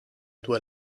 due